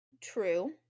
True